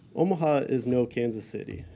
omaha is no kansas city.